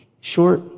short